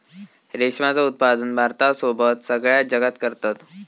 रेशमाचा उत्पादन भारतासोबत सगळ्या जगात करतत